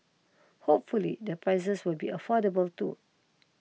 hopefully the prices will be affordable too